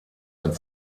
ein